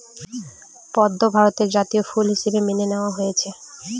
পদ্ম ভারতের জাতীয় ফুল হিসাবে মেনে নেওয়া হয়েছে